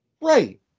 Right